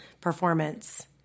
performance